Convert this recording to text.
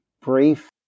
brief